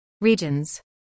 regions